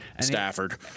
Stafford